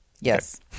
Yes